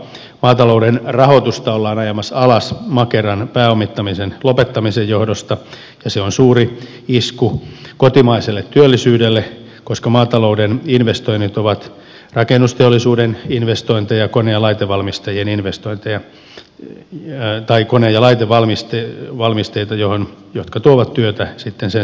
maatalouden rahoitusta ollaan ajamassa alas makeran pääomittamisen lopettamisen johdosta ja se on suuri isku kotimaiselle työllisyydelle koska maatalouden investoinnit ovat rakennusteollisuuden investointeja ja kone ja laiteinvestointeja jotka tuovat työtä sitten sen sektorin teollisuudelle